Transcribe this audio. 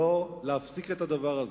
להפסיק את הדבר הזה.